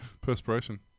Perspiration